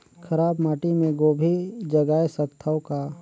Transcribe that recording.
खराब माटी मे गोभी जगाय सकथव का?